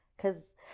cause